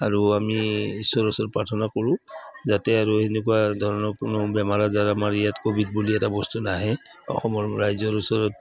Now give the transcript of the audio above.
আৰু আমি ঈশ্বৰৰ ওচৰত প্ৰাৰ্থনা কৰোঁ যাতে আৰু সেনেকুৱা ধৰণৰ কোনো বেমাৰ আজাৰ আমাৰ ইয়াত ক'ভিড বুলি এটা বস্তু নাহে অসমৰ ৰাইজৰ ওচৰত